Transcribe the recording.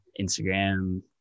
instagram